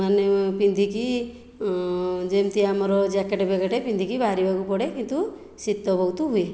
ମାନେ ପିନ୍ଧିକି ଯେମିତି ଆମର ଜ୍ୟାକେଟ ଫ୍ୟାକେଟ ପିନ୍ଧିକି ବାହାରିବାକୁ ପଡ଼େ କିନ୍ତୁ ଶୀତ ବହୁତ ହୁଏ